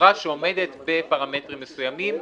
לחברה שעומדת בפרמטרים מסוימים.